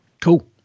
cool